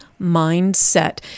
mindset